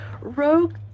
Rogue